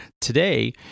today